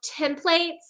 templates